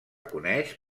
coneix